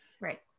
Right